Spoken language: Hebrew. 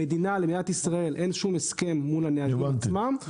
למדינת ישראל אין שום הסכם מול הנהגים עצמם.